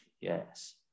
yes